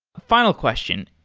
final question.